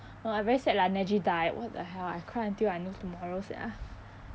oh I very sad like neji died what the hell I cry until like I no tomorrow sia